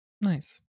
Nice